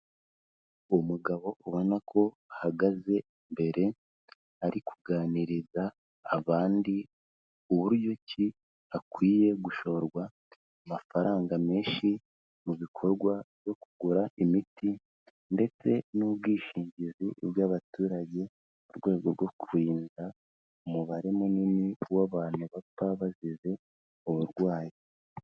Umugabo ubona ko ahagaze imbere, ari kuganiriza abandi uburyo ki hakwiye gushorwa amafaranga menshi mu bikorwa byo kugura imiti ndetse n'ubwishingizi bw'abaturage, mu rwego rwo kurinda umubare munini w'abantu bapfa bazize uburwayi.